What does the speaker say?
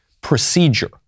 procedure